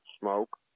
smoke